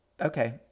Okay